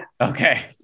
Okay